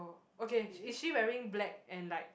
okay is she wearing black and like